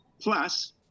plus